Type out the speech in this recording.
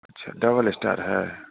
अच्छा double star है